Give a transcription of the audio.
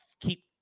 keep